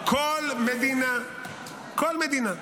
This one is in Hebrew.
לך, מרב.